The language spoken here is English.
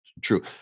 true